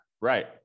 Right